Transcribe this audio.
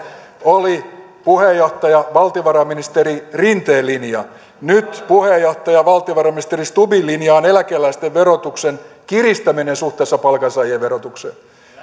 oli puheenjohtaja valtiovarainministeri rinteen linja nyt puheenjohtaja valtiovarainministeri stubbin linja on on eläkeläisten verotuksen kiristäminen suhteessa palkansaajien verotukseen